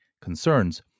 concerns